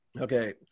Okay